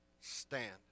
Stand